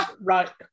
Right